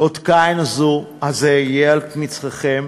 אות קין הזה יהיה על מצחכם